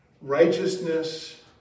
righteousness